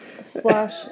slash